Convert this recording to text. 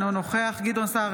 אינו נוכח גדעון סער,